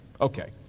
Okay